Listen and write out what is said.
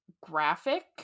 graphic